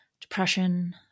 depression